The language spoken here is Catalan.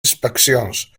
inspeccions